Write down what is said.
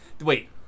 Wait